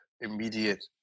immediate